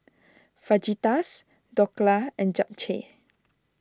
Fajitas Dhokla and Japchae